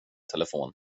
telefon